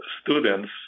students